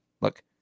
look